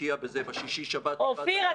תשקיע בזה בשישי-שבת --- אופיר,